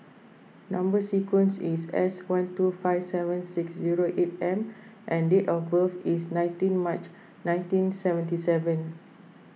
Number Sequence is S one two five seven six zero eight M and date of birth is nineteen March nineteen seventy seven